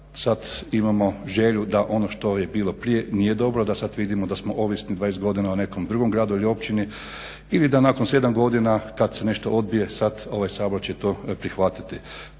sad imamo želju da ono što je bilo prije nije dobro, da sad vidimo da smo ovisni 20 godina o nekom drugom gradu ili općini ili da nakon 7 godina kad se nešto odbije sad ovaj Sabor će to prihvatiti.